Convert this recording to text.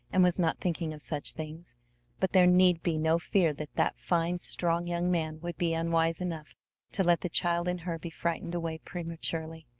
and was not thinking of such things but there need be no fear that that fine, strong young man would be unwise enough to let the child in her be frightened away prematurely.